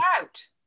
out